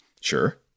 Sure